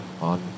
on